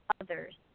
others